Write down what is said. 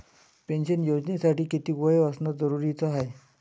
Pension योजनेसाठी कितीक वय असनं जरुरीच हाय?